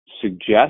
suggest